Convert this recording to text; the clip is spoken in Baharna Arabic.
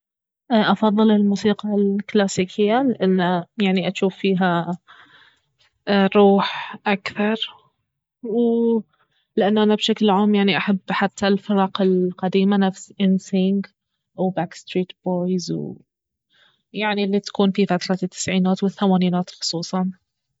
افضل الموسيقى الكلاسيكية لانه يعني اجوف فيها روح اكثر و لان انا بشكل عام يعني احب حتى الفرق القديمة نفس انسينك وباك ستريت بويز يعني الي تكون في فترة التسعينات والثمانينات خصوصاً